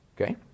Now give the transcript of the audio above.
okay